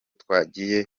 twagiye